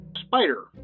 spider